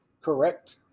correct